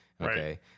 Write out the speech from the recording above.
Okay